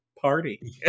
Party